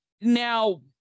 Now